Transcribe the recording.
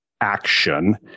action